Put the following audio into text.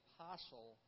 Apostle